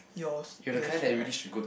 yours that's right